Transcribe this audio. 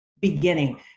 beginning